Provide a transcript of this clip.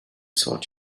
sort